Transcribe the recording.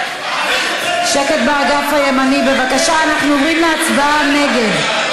שקט באגף הימני, בבקשה, אנחנו עוברים להצבעה נגד.